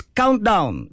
countdown